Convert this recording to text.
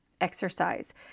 exercise